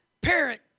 parent